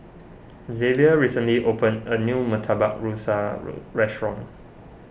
Zavier recently opened a new Murtabak Rusa road restaurant